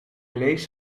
leest